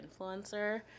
influencer